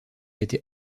été